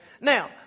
Now